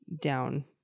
down